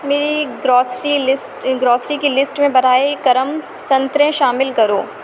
میری grocery list grocery کی list میں براہ کرم سنترے شامل کرو